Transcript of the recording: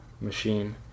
machine